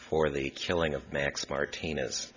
for the killing of max martinez